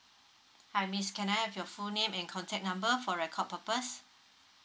hi miss can I have your full name and contact number for record purpose